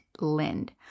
Lind